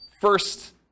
first